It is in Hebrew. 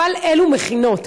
אבל אלו מכינות,